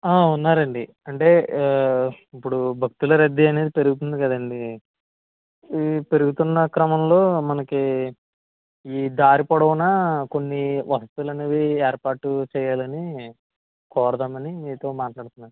ఆ ఉన్నారు అండి అంటే ఇప్పుడు భక్తుల రద్దీ అనేది పెరుగుతుంది కదండీ ఈ పెరుగుతున్న క్రమంలో మనకి ఈ దారి పొడవునా కొన్ని వసతులు అనేవి ఏర్పాటు చేయాలని కోరదామని మీతో మాట్లాడుతున్నాను